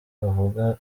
avuga